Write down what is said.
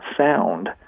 sound